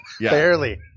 Barely